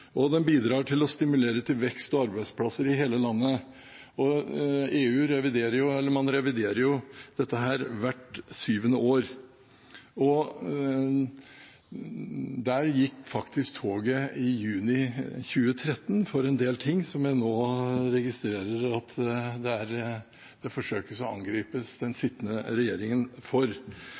og den bidrar til å stimulere til vekst og arbeidsplasser i hele landet. Man reviderer jo dette hvert syvende år. For en del ting, som jeg nå registrerer at man forsøker å angripe den sittende regjeringen for,